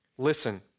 Listen